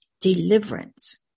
deliverance